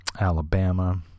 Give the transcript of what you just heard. Alabama